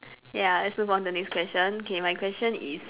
ya let's move on to the next question okay my question is